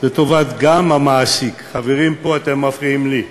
זה גם טובת המעסיק, חברים פה, אתם מפריעים לי.